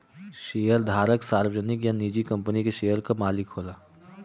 शेयरधारक सार्वजनिक या निजी कंपनी के शेयर क मालिक होला